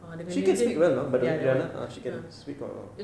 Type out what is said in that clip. she can speak well you know by the way rihanna ah she can speak quite well